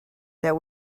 that